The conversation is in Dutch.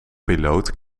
piloot